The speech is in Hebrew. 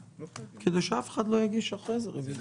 כדי שאף אחד לא יגיש אחרי זה רוויזיה.